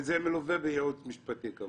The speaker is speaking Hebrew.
זה מלווה בייעוץ משפטי?